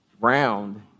Round